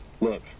Look